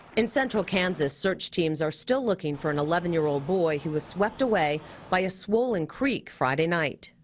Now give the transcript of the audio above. in central kansas, search teams are still looking for an eleven year old boy who was swept away by a swollen creek friday night.